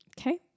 Okay